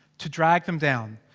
to drag them down.